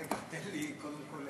רגע, תן לי קודם כול